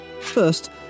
First